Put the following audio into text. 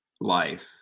life